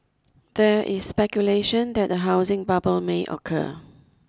there is speculation that a housing bubble may occur